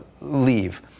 leave